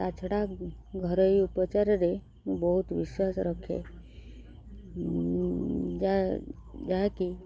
ତା ଛଡ଼ା ଘରୋଇ ଉପଚାରରେ ମୁଁ ବହୁତ ବିଶ୍ୱାସ ରଖେ ଯାହାକି